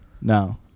No